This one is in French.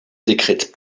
décrète